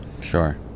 Sure